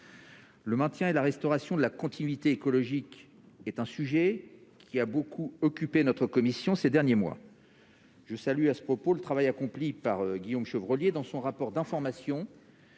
Le maintien et la restauration de la continuité écologique est un sujet qui a beaucoup occupé notre commission ces derniers mois. Je salue, à ce propos, le travail accompli par Guillaume Chevrollier dans son rapport d'information